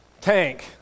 tank